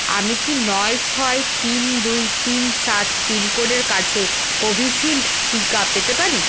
আমি কি নয় ছয় তিন দুই তিন সাত পিনকোডের কাছে কোভিশিল্ড টিকা পেতে পারি